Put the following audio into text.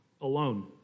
alone